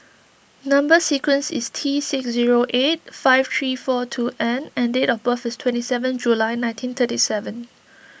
Number Sequence is T six zero eight five three four two N and date of birth is twenty seven July nineteen thirty seven